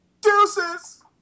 Deuces